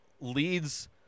leads